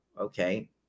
okay